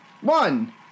One